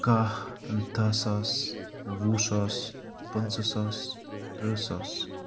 کہہ دَہ ساس وُہ ساس پٕنٛژٕ ساس تٕرہ ساس